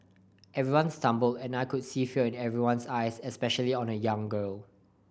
everyone stumbled and I could see fear in everyone's eyes especially on a young girl